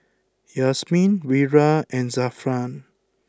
Yasmin Wira and Zafran